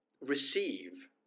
receive